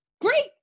great